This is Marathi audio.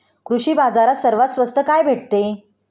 कृषी बाजारात सर्वात स्वस्त काय भेटते?